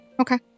Okay